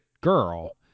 girl